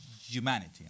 humanity